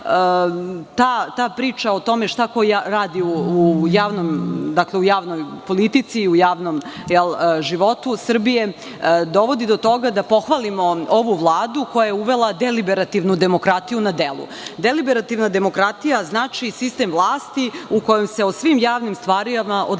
ta priča o tome šta ko radi u javnoj politici i u javnom životu Srbije dovodi do toga da pohvalimo ovu vladu, koja je uvela deliberativnu demokratiju na delu. Deliberativna demokratija znači sistem vlasti u kojem se o svim javnim stvarima odlučuje